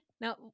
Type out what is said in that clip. Now